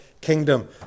kingdom